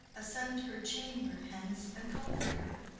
ascend her chamber, hence and comfort her.